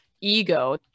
ego